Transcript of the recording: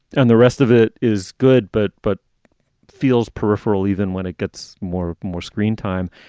and the rest of it is good, but but feels peripheral even when it gets more more screen time.